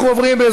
אנחנו עוברים,